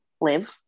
live